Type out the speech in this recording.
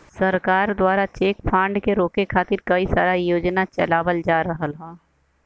सरकार दवारा cheque fraud के रोके खातिर कई सारा योजना चलावल जा रहल हौ